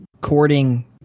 courting